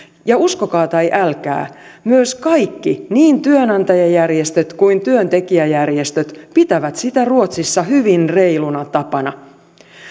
ja uskokaa tai älkää kaikki niin työnantajajärjestöt kuin työntekijäjärjestöt pitävät sitä ruotsissa hyvin reiluna tapana